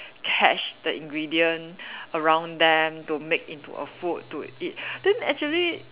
catch the ingredient around them to make into a food to eat then actually